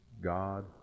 God